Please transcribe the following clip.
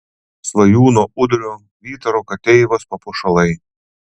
svajūno udrio vytaro kateivos papuošalai